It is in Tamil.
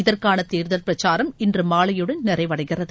இதற்கான தேர்தல் பிரச்சாரம் இன்று மாலையுடன் நிறைவடைகிறது